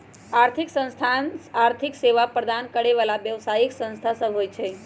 आर्थिक संस्थान आर्थिक सेवा प्रदान करे बला व्यवसायि संस्था सब होइ छै